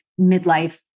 midlife